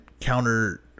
counter